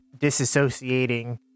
disassociating